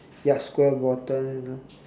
ya square bottom and uh